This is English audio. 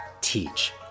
teach